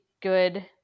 good